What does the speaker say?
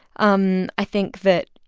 um i think that,